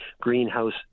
Greenhouse